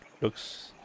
looks